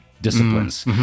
disciplines